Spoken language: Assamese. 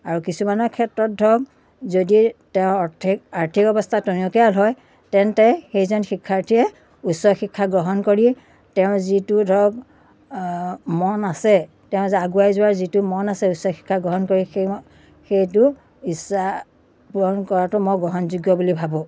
আৰু কিছুমানৰ ক্ষেত্ৰত ধৰক যদি তেওঁৰ অৰ্থিক আৰ্থিক অৱস্থা টনকীয়াল হয় তেন্তে সেইজন শিক্ষাৰ্থীয়ে উচ্চ শিক্ষা গ্ৰহণ কৰি তেওঁ যিটো ধৰক মন আছে তেওঁ যে আগুৱাই যোৱাৰ যিটো মন আছে উচ্চ শিক্ষা গ্ৰহণ কৰি সেই সেইটো ইচ্ছা পূৰণ কৰাটো মই গ্ৰহণযোগ্য বুলি ভাবোঁ